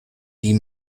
die